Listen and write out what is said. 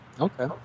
Okay